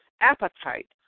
appetite